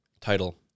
Title